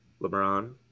LeBron